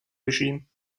regime